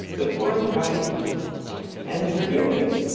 the forthright and the forgiving.